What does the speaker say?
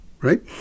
right